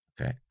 Okay